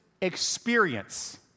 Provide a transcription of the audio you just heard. experience